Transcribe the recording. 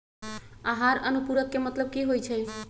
आहार अनुपूरक के मतलब की होइ छई?